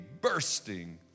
bursting